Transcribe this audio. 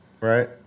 right